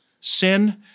Sin